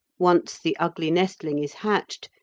once the ugly nestling is hatched,